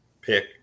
pick